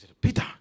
Peter